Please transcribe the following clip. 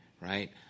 right